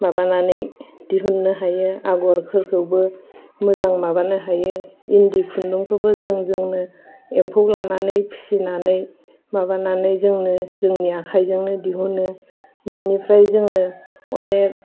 माबानानै दिहुननो हायो आगरफोरखौबो मोजां माबानो हायो इन्दि खुन्दुंखौबो जों जोंनो एम्फौ लानानै फिसिनानै माबानानै जोंनो जोंनि आखाइजोंनो दिहुनो बेनिफ्राय जोङो अनेग